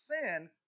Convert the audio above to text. sin